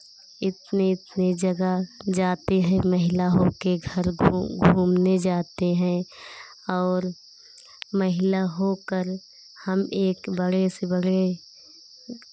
इतनी इतनी जगह जाते हैं महिला होके घर को घूमने जाते हैं और महिला होकर हम एक बड़े से बड़े